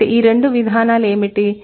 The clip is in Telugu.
అయితే ఈ రెండు విధానాలు ఏమిటి